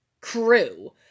crew